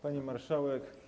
Pani Marszałek!